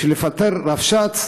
בשביל לפטר רבש"ץ,